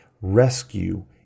rescue